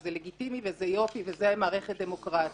זה לגיטימי וזה חלק ממערכת דמוקרטית,